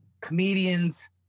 comedians